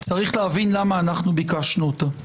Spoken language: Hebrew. צריך להבין למה אנחנו ביקשנו אותה.